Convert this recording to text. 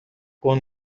اون